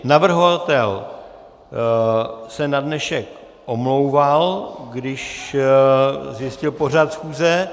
Navrhovatel se na dnešek omlouval, když zjistil pořad schůze.